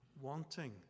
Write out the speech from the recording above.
Wanting